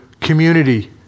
community